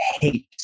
hate